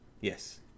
Yes